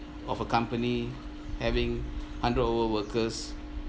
of a company having hundred over workers